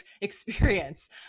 experience